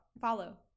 Follow